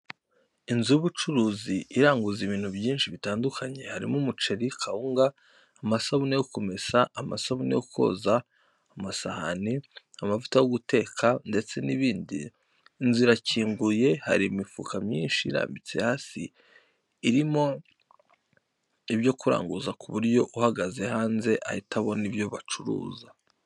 Inzu y'ubucuruzi, iranguza ibintu byinshi bitandukanye, harimo umuceri, kawunga, amasabune yo kumesa, amasabune yoza amasahane, amavuta yo guteka ndetse n'ibindi. Inzu irakinguye, hari imifuka myinshi irambitse hasi, irimo ibyo baranguza ku buryo uhagaze hanze ahita abona ibyo bacuruza.